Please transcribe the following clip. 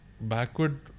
Backward